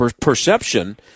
perception